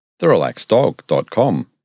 therelaxeddog.com